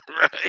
Right